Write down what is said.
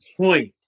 point